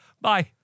Bye